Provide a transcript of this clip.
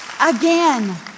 again